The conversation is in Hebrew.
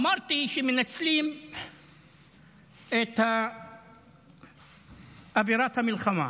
אמרתי שמנצלים את אווירת המלחמה.